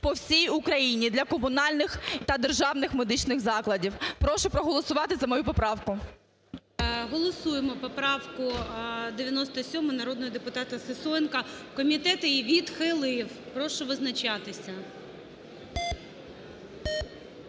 по всій Україні для комунальних та державних медичних закладів. Прошу проголосувати за мою поправку. ГОЛОВУЮЧИЙ. Голосуємо поправку 97, народного депутата Сисоєнко. Комітет її відхилив, прошу визначатися.